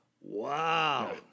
Wow